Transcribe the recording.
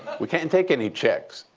we can't take any checks.